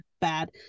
bad